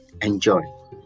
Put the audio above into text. enjoy